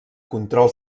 control